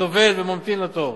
סובל וממתין לתור.